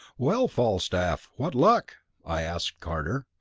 well, falstaff, what luck? i asked carter.